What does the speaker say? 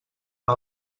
una